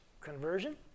conversion